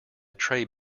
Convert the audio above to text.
tray